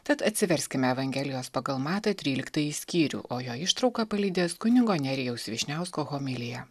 tad atsiverskime evangelijos pagal matą tryliktąjį skyrių o jo ištrauką palydės kunigo nerijaus vyšniausko homilija